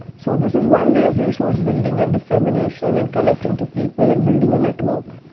so, this is one way of resource building and dissemination and connecting to people and building a network.